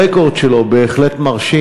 הרקורד שלו בהחלט מרשים.